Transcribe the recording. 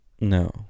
No